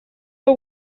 but